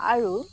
আৰু